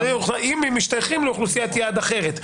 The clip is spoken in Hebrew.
אם הם מתייחסים לאוכלוסיית יעד אחרת.